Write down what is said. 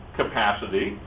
capacity